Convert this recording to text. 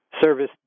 service